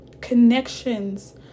connections